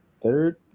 third